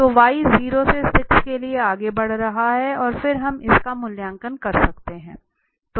तो y 0 से 6 के लिए आगे बढ़ रहा है और फिर हम इस का मूल्यांकन कर सकते हैं